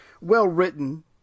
well-written